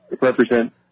represent